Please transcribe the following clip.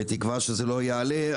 בתקווה שזה לא יעלה,